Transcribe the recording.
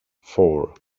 four